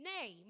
Nay